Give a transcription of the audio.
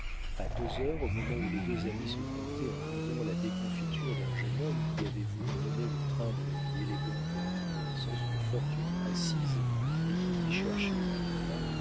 a deux heures au moment où les deux amis se contaient en riant la déconfiture d'un jeune homme qui avait voulu mener le train de la vie élégante sans une fortune assise et qu'ils lui cherchaient une fin